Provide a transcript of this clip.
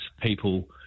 people